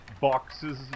boxes